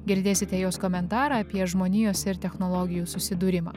girdėsite jos komentarą apie žmonijos ir technologijų susidūrimą